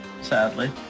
sadly